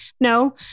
No